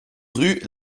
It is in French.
rue